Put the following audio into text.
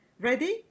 Ready